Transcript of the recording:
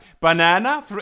banana